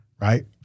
Right